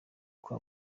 uko